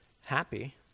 happy